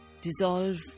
dissolve